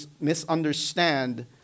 misunderstand